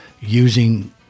using